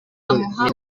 amuha